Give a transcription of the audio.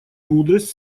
мудрость